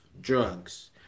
drugs